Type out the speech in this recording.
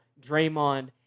Draymond